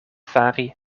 fari